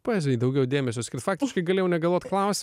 poezijai daugiau dėmesio skirt faktiškai galėjau negalvot